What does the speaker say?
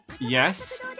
Yes